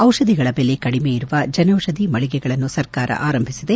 ದಿಷಧಿಗಳ ಬೆಲೆ ಕಡಿಮೆ ಇರುವ ಜನೌಷಧಿ ಮಳಿಗೆಗಳನ್ನು ಸರ್ಕಾರ ಆರಂಭಿಸಿದೆ